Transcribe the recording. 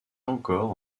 encore